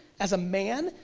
as a man,